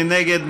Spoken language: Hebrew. מי נגד?